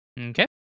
Okay